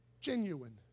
Genuine